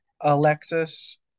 Alexis